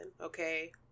Okay